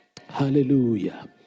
Hallelujah